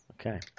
Okay